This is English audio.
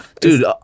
Dude